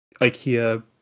IKEA